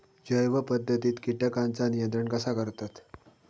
जैव पध्दतीत किटकांचा नियंत्रण कसा करतत?